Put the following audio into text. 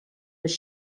les